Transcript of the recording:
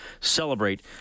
Celebrate